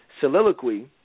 soliloquy